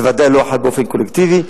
זה ודאי לא חל באופן קולקטיבי.